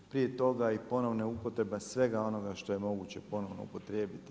Prije toga i ponovna upotreba svega onoga što je moguće ponovno upotrijebiti.